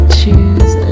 choose